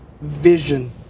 vision